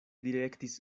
direktis